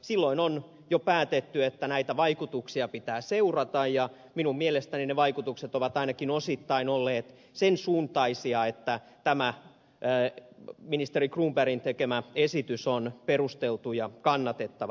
silloin on jo päätetty että näitä vaikutuksia pitää seurata ja minun mielestäni ne vaikutukset ovat ainakin osittain olleet sen suuntaisia että tämä ministeri cronbergin tekemä esitys on perusteltu ja kannatettava